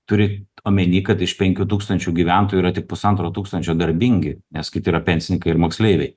turint omeny kad iš penkių tūkstančių gyventojų yra tik pusantro tūkstančio darbingi nes kiti yra pensininkai ir moksleiviai